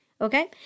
Okay